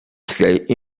state